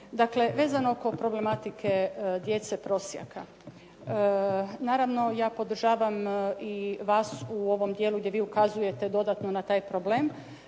dakle vezano oko problematike djece prosjaka. Naravno, ja podržavam i vas u ovom dijelu gdje vi ukazujete dodatno na taj problem